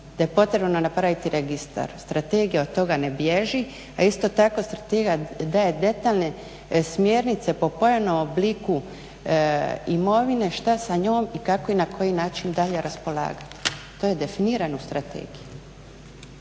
da je potrebno napraviti registar, strategija od toga ne bježi, a isto tako strategija daje detaljne smjernice po pojavnom obliku imovine, šta sa njom i kako i na koji način dalje raspolagati. To je definirano u strategiji.